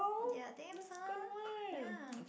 ya damn son ya